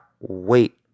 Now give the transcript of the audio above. wait